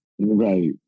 Right